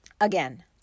again